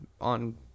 on